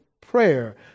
prayer